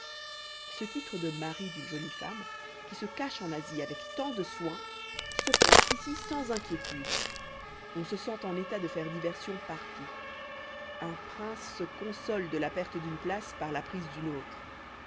ce titre de mari d'une jolie femme qui se cache en asie avec tant de soin se porte ici sans inquiétude on se sent en état de faire diversion partout un prince se console de la perte d'une place par la prise d'une autre